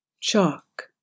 chalk